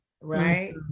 right